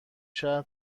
شهر